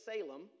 Salem